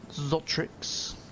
Zotrix